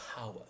power